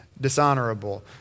dishonorable